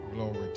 Glory